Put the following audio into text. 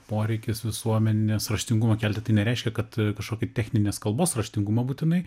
poreikis visuomenės raštingumą kelti tai nereiškia kad kažkokį techninės kalbos raštingumą būtinai